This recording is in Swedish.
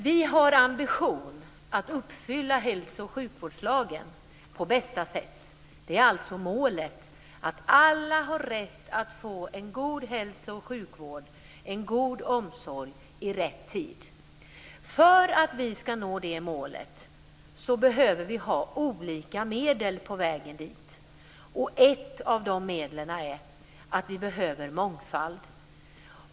Vi har ambitionen att uppfylla hälsooch sjukvårdslagen på bästa sätt. Det är alltså målet: Alla har rätt att få en god hälso och sjukvård, en god omsorg, i rätt tid. För att vi ska nå det målet behöver vi ha olika medel på vägen dit. Ett av de medlen är mångfald.